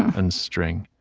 and string